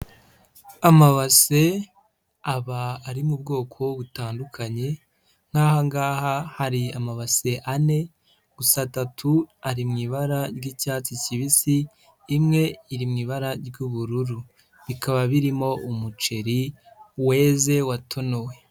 Amabase aba ari mu bwoko butandukanye, nk'aha ngaha hari amabase ane, gusa atatu ari mu ibara ry'icyatsi kibisi, imwe iri mu ibara ry'ubururu, bikaba birimo umuceri weze watonowe.